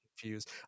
confused